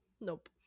Nope